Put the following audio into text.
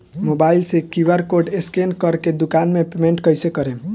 Mobile से QR code scan कर के दुकान मे पेमेंट कईसे करेम?